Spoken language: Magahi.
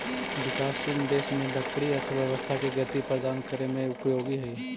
विकासशील देश में लकड़ी अर्थव्यवस्था के गति प्रदान करे में उपयोगी हइ